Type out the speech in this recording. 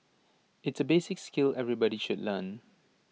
it's A basic skill everybody should learn